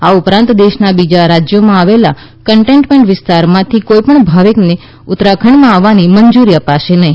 આ ઉપરાંત દેશના બીજા રાજયમાં આવેલા કન્ટેનમેન્ટ વિસ્તારમાંથી કોઇપણ ભાવિકને ઉત્તરાખંડમાં આવવાની મંજુરી અપાશે નહી